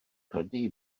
credu